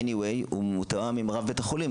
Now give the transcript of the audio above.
בכל מקרה הוא מתואם עם רב בית החולים,